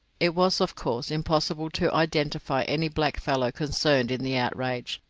it was, of course, impossible to identify any blackfellow concerned in the outrage,